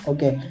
Okay